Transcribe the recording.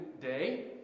Day